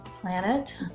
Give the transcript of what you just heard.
planet